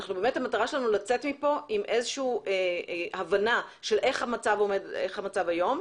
מטרתנו לצאת מפה עם הבנה מה המצב היום,